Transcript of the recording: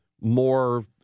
more